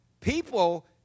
people